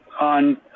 on